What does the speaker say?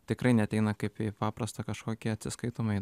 tikrai neateina kaip į paprastą kažkokį atsiskaitomąjį